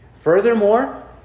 Furthermore